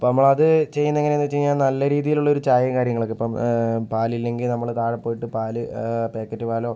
അപ്പം നമ്മളത് ചെയുന്നത് എങ്ങനെയാന്ന് വെച്ച് കഴിഞ്ഞാൽ നല്ല രീതിയിലുള്ള ഒരു ചായയും കാര്യങ്ങളൊക്കെ ഇപ്പോൾ പാലില്ലങ്കിൽ നമ്മള് താഴെ പോയിട്ട് പാല് പാക്കറ്റ് പാലോ